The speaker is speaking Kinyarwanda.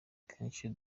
kenshi